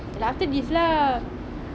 k lah after this lah